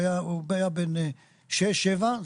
הוא היה בן שש או שבע.